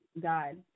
God